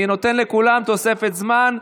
אני נותן לכולם תוספת זמן.